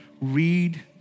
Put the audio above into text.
read